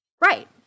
Right